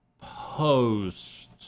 post